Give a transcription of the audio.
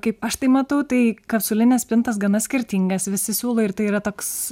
kaip aš tai matau tai kapsulines spintas gana skirtingas visi siūlo ir tai yra toks